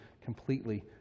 completely